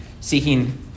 seeking